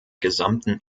gesamten